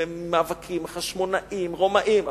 מאבקים עם החשמונאים, רומאים.